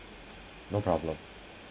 no problem